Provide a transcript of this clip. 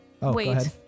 Wait